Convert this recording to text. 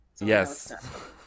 Yes